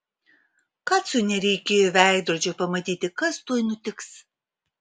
kacui nereikėjo veidrodžio pamatyti kas tuoj nutiks